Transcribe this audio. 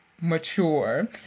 mature